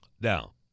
Now